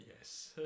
Yes